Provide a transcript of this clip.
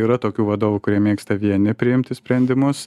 yra tokių vadovų kurie mėgsta vieni priimti sprendimus